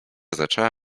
zaczęła